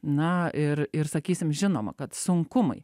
na ir ir sakysim žinoma kad sunkumai